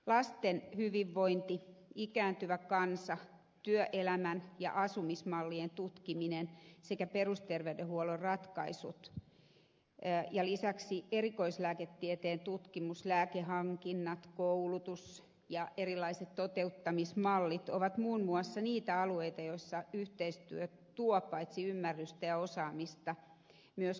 lasten hyvinvointi ikääntyvä kansa työelämän ja asumismallien tutkiminen sekä perusterveydenhuollon ratkaisut ja lisäksi erikoislääketieteen tutkimus lääkehankinnat koulutus ja erilaiset toteuttamismallit ovat muun muassa niitä alueita joissa yhteistyö tuo paitsi ymmärtämystä ja osaamista myös kustannussäästöjä